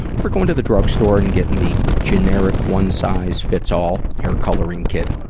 or going to the drugstore and getting the generic one-size-fits-all hair coloring kit.